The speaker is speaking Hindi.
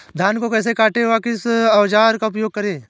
धान को कैसे काटे व किस औजार का उपयोग करें?